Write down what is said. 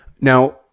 Now